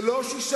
זה לא 6.5%,